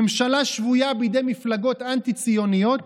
ממשלה שבויה בידי מפלגות אנטי-ציוניות.